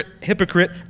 hypocrite